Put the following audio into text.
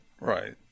right